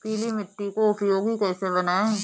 पीली मिट्टी को उपयोगी कैसे बनाएँ?